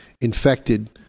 infected